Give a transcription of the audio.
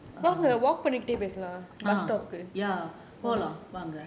போலாம் வாங்க:polaam vanga